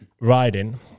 riding